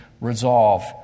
resolve